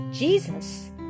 Jesus